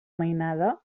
mainada